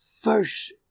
first